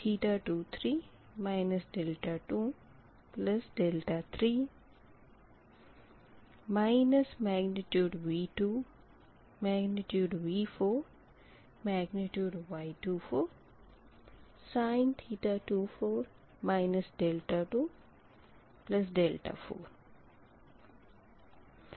और आख़िरी term minus V2 फिर V4 फिर Y24 फिर sin 24 24 होगा